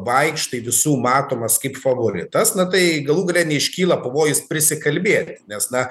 vaikštai visų matomas kaip favoritas na tai galų gale neiškyla pavojus prisikalbėti nes na